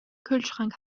kühlschrank